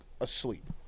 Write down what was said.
asleep